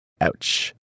Ouch